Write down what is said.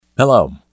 Hello